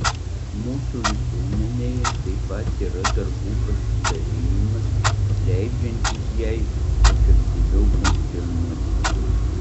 mūsų visuomenėje taip pat yra darbų pasidalijimas leidžiantis jai efektyviau funkcionuoti